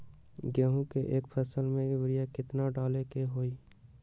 गेंहू के एक फसल में यूरिया केतना डाले के होई?